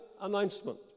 announcement